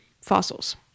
fossils